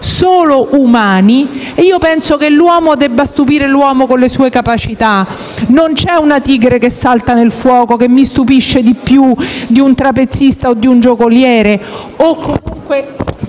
solo umani. Ebbene, io penso che l'uomo debba stupire l'uomo con le sue capacità: non c'è una tigre che salta nel fuoco che mi stupisce più di un trapezista o di un giocoliere o comunque